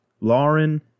Lauren